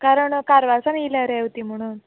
कारण कारवार सावन येयल्या रेंव ती म्हणून